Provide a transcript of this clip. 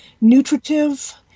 nutritive